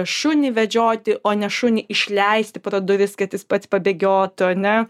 šunį vedžioti o ne šunį išleisti pro duris kad jis pats pabėgiotų ane